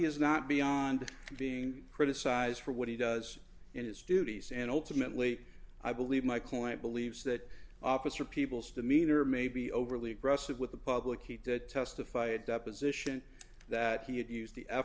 is not beyond being criticised for what he does in his duties and ultimately i believe my coin believes that officer people's demeanor may be overly aggressive with the public he did testify of deposition that he had used the f